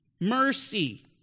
mercy